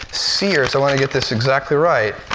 sears i want to get this exactly right.